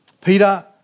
Peter